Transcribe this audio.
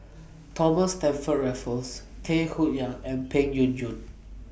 Thomas Stamford Raffles Tay Koh Yat and Peng Yuyun